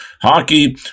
Hockey